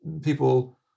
people